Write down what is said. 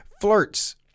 flirts